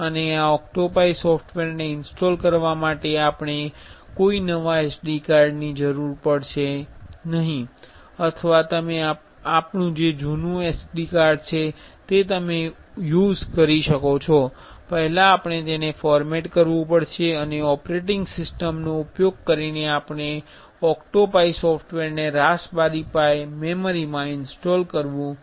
અને આ ઓક્ટોપાઇ સોફ્ટવેરને ઇન્સ્ટોલ કરવા માટે આપણે કોઇ નવા SD કાર્ડ ની જરૂર પડશે અથવા તમે આપણુ જૂનું SD કાર્ડ વાપરી શકો છો પહેલા આપણે તેને ફોર્મેટ કરવું પડશે અને ઓપરેટિંગ સિસ્ટમનો ઉપયોગ કરીને આપણે ઓક્ટોપાઇ સોફ્ટવેરને રાસબેરી પાઇ મેમરીમાં ઇન્સ્ટોલ કરવું પડશે